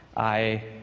i